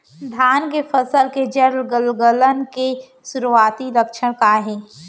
धान के फसल के जड़ गलन के शुरुआती लक्षण का हे?